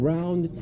Round